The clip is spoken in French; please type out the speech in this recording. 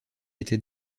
était